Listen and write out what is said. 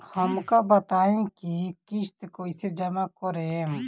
हम का बताई की किस्त कईसे जमा करेम?